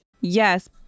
Yes